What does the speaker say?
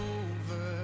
over